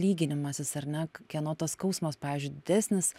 lyginimasis ar ne k kieno tas skausmas pavyzdžiui didesnis